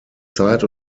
zeit